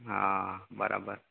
હા બરાબર